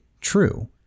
true